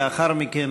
לאחר מכן,